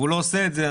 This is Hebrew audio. והוא לא עושה את זה,